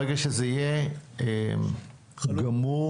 ברגע שזה יהיה גמור,